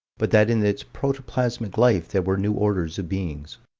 but that in its protoplasmic life there were new orders of beings.